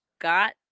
got